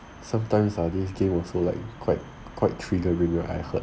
sometimes ah this game also like quite quite triggering right I heard